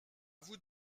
vous